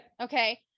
okay